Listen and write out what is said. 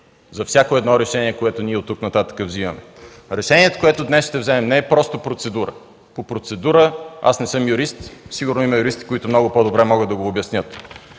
за всяко едно решение, което от тук нататък взимаме. Решението, което днес ще вземем, не е просто процедура. По процедура, аз не съм юрист, сигурно има юристи, които много по-добре могат да го обяснят.